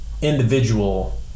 Individual